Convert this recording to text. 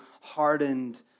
hardened